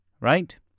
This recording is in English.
right